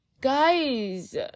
guys